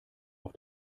auf